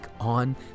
on